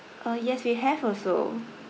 uh yes we have also